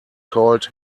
called